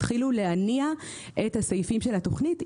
התחילו להניע את הסעיפים של התוכנית,